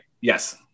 Yes